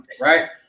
right